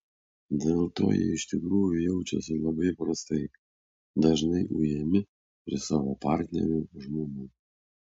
dėl to jie iš tikrųjų jaučiasi labai prastai dažnai ujami ir savo partnerių žmonų